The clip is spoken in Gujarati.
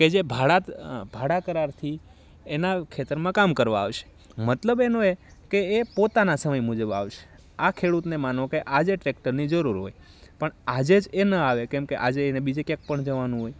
કે જે ભાડા ભાડા કરારથી એના ખેતરમાં કામ કરવા આવશે મતલબ એનો એ કે એ પોતાના સમય મુજબ આવશે આ ખેડૂતને માનો કે આજે ટ્રેક્ટરની જરૂર હોય પણ આજે જ એ ન આવે કેમકે આજે એને બીજે ક્યાંક પણ જવાનું હોય